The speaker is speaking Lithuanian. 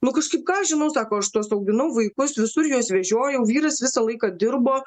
nu kažkaip ką žinau sako aš tuos auginau vaikus visur jos vežiojau vyras visą laiką dirbo